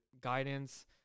guidance